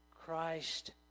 Christ